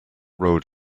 rolled